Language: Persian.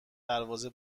دروازه